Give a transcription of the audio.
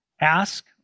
Ask